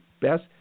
best